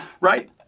right